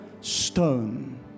stone